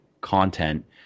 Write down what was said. content